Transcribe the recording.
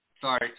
Sorry